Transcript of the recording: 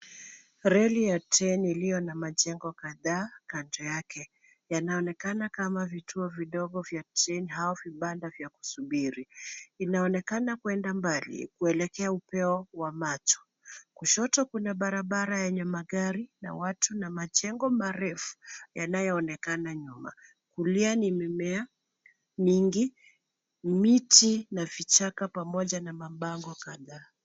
Reli ya train iliyo na majengo kadhaa kando yake, yanaonekana kama vituo vidogo vya train au vibanda vya kusubiri. Inaonekana kuenda mbali kuelekea upeo wa macho. Kushoto kuna barabara yenye magari na watu na majengo marefu, yanayoonekana nyuma. Kulia ni mimea mingi, miti na vichaka pamoja na mabango kadhaa.